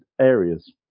areas